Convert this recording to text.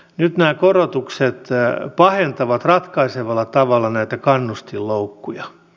nyt nämä korotukset pahentavat ratkaisevalla tavalla näitä kannustinloukkuja